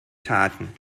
taten